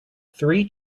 three